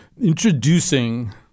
introducing